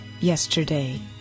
yesterday